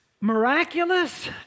miraculous